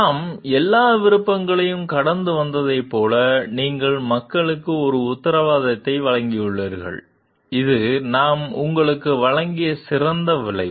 நாம் எல்லா விருப்பங்களையும் கடந்து வந்ததைப் போல நீங்கள் மக்களுக்கு ஒரு உத்தரவாதத்தை வழங்கியுள்ளீர்கள் இது நாம் உங்களுக்கு வழங்கிய சிறந்த விளைவு